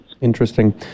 Interesting